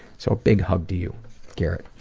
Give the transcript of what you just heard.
so a big hug to you garrett.